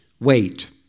wait